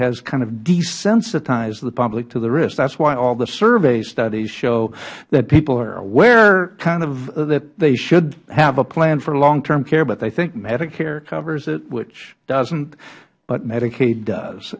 has kind of desensitized the public to the risk that is why all the survey studies show that people are aware that they should have a plan for long term care but they think medicare covers it which doesnt but medicaid does